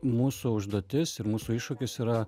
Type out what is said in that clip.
mūsų užduotis ir mūsų iššūkis yra